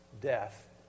death